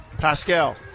Pascal